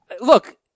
look